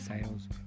sales